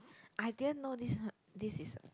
I didn't know this one this is a